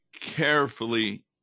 carefully